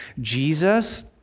Jesus